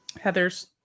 Heather's